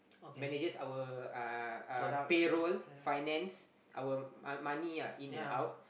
manages our uh uh payroll finance our uh money lah in and out